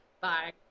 Bye